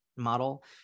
model